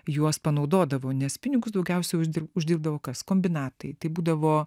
juos panaudodavo nes pinigus daugiausiai uždirbti uždirbdavo kas kombinatai tai būdavo